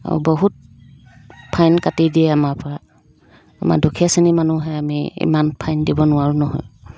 আৰু বহুত ফাইন কাটি দিয়ে আমাৰপৰা আমাৰ দুখীয়া শ্ৰেণীৰ মানুহে আমি ইমান ফাইন দিব নোৱাৰোঁ নহয়